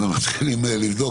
מתחילים לבדוק,